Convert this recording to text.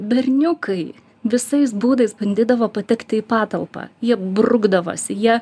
berniukai visais būdais bandydavo patekti į patalpą jie brukdavosi jie